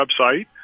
website